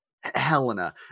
Helena